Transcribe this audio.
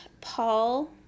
Paul